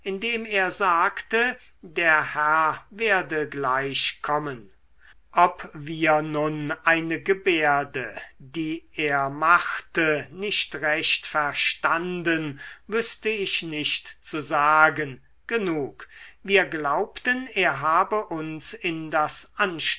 indem er sagte der herr werde gleich kommen ob wir nun eine gebärde die er machte nicht recht verstanden wüßte ich nicht zu sagen genug wir glaubten er habe uns in